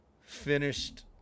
finished